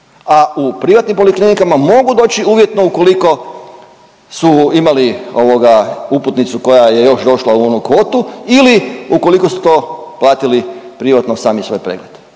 a u privatnim poliklinikama mogu doći uvjetno ukoliko su imali ovoga uputnicu koja je još došla u onu kvotu ili ukoliko su to platili privatno sami svoj pregled.